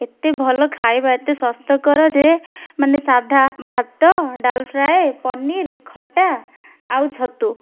ଏତେ ଭଲ ଖାଇବା ଏତେ ସ୍ୱାସ୍ଥ୍ୟକର ଯେ ମାନେ ସାଧା ଭାତ ଡାଲ ଫ୍ରାଏ ପନିର ଖଟା ଆଉ ଛତୁ